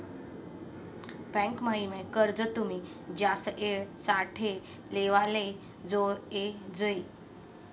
bank म्हाईन कर्ज तुमी जास्त येळ साठे लेवाले जोयजे